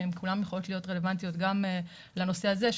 הן כולן יכולות להיות רלוונטיות גם לנושא הזה.